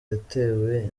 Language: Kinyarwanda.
yatewe